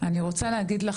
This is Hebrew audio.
אני רוצה להגיד לך,